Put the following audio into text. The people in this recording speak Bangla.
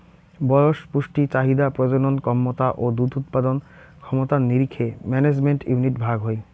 বয়স, পুষ্টি চাহিদা, প্রজনন ক্যমতা ও দুধ উৎপাদন ক্ষমতার নিরীখে ম্যানেজমেন্ট ইউনিট ভাগ হই